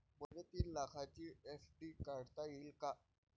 मले तीन लाखाची एफ.डी काढता येईन का?